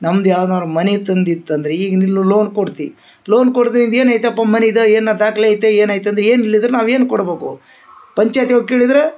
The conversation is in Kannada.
ನಮ್ದ ಯಾವುದಾರು ಮನೆ ತಂದಿತ್ತಂದರೆ ಈಗ ನೀವು ಲೋನ್ ಕೊಡ್ತಿ ಲೋನ್ ಕೊಡ್ದೆ ಇದು ಏನು ಐತಪ್ಪ ಮನಿದ ಏನಾ ದಾಖ್ಲಿ ಐತಿ ಏನು ಐತಿ ಅಂತ ಏನು ಇಲ್ಲದಿದ್ರ ನಾವು ಏನು ಕೊಡ್ಬಕು ಪಂಚಾಯ್ತಿಯವ್ರ ಕೇಳಿದ್ರ